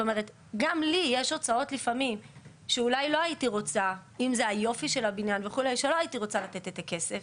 הרי גם לי יש לפעמים הוצאות שלא הייתי רוצה לתת בשבילן את הכסף,